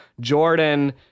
Jordan